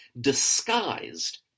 disguised